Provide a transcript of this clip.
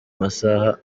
masaha